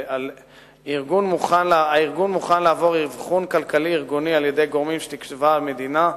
הארגון מוכן לעבור אבחון כלכלי-ארגוני על-ידי גורמים שתקבע המדינה,